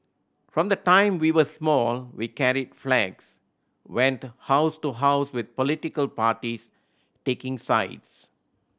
from the time we were small we carried flags went house to house with political parties taking sides